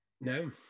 No